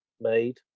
made